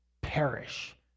perish